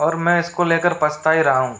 और मैं इसको लेकर पछता ही रहा हूँ